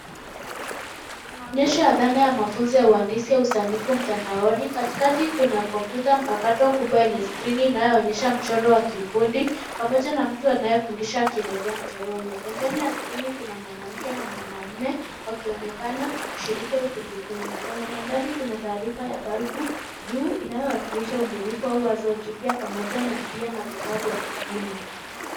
Maonyesho ya dhana ya mafunzo ya uhandisi ya usanifu wa mtandaoni, katikati kuna kompyuta mpakato kubwa yenye skrini inayoonyesha mchoro wa kiufundi ,pamoja na mtu anayefundisha akielezea mchoro huo. Pembeni ya skrini kuna mwanamke na mwanamume wakionekana kushiriki au kujifunza. Kwenye mandhari kuna taarifa ya balbu juu inayowakilisha ubunifu au wazo jipya pamoja na gear na vifaa vya kupima.